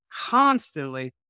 constantly